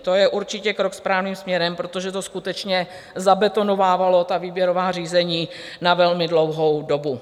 To je určitě krok správným směrem, protože to skutečně zabetonovávalo výběrová řízení na velmi dlouhou dobu.